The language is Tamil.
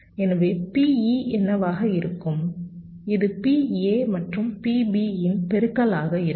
எனவே PE என்னவாக இருக்கும் இது PA மற்றும் PB இன் பெருக்கலாக இருக்கும்